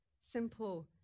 Simple